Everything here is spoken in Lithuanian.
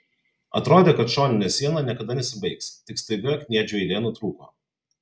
atrodė kad šoninė siena niekada nesibaigs tik staiga kniedžių eilė nutrūko